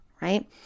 right